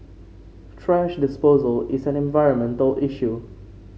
thrash disposal is an environmental issue